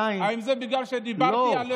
האם זה בגלל שדיברתי על סגן היושב-ראש שלך?